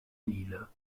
lille